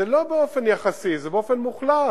זה לא באופן יחסי, זה באופן מוחלט.